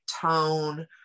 tone